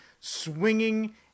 swinging